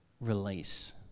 release